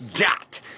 dot